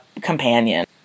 companion